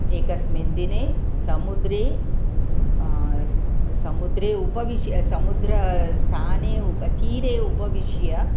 एकस्मिन् दिने समुद्रे समुद्रे उपविश्य समुद्रस्थाने उप तीरे उपविश्य